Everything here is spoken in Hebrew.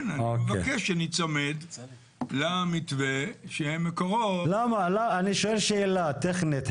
אני מבקש שניצמד למתווה שמקורו --- אני שואל שאלה טכנית,